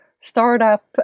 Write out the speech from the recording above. startup